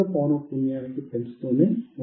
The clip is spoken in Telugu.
పున్యానికి పెంచుతూనే ఉంటాము